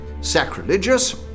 sacrilegious